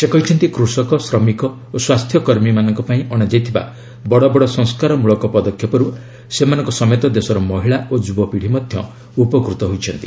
ସେ କହିଛନ୍ତି କୁଷକ ଶ୍ରମିକ ଓ ସ୍ୱାସ୍ଥ୍ୟକର୍ମୀଙ୍କ ପାଇଁ ଅଣାଯାଇଥିବା ବଡ଼ବଡ଼ ସଂସ୍କାରମୂଳକ ପଦକ୍ଷେପରୁ ସେମାନଙ୍କ ସମେତ ଦେଶର ମହିଳା ଓ ଯୁବପିଢ଼ି ମଧ୍ୟ ଉପକୃତ ହୋଇଛନ୍ତି